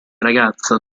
ragazza